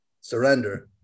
surrender